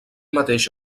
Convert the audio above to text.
mateix